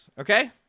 Okay